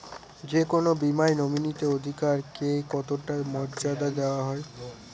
যে কোনো বীমায় নমিনীর অধিকার কে কতটা মর্যাদা দেওয়া হয়?